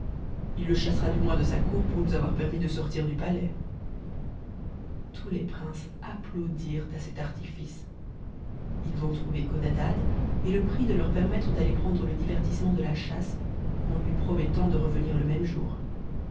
il le chassera du moins de sa cour pour nous avoir permis de sortir du palais tous les princes applaudirent à cet artifice ils vont trouver codadad et le prient de leur permettre d'aller prendre le divertissement de la chasse en lui promettant de revenir le même jour